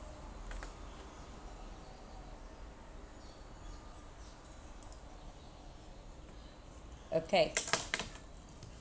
okay